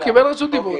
הוא קיבל רשות דיבור,